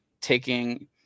taking